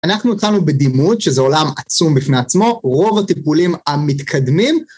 אנחנו התחלנו בדימות, שזה עולם עצום בפני עצמו, רוב הטיפולים המתקדמים,